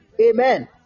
amen